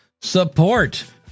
support